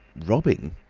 robbing.